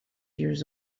years